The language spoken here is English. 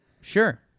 Sure